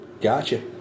Gotcha